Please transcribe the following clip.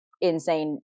insane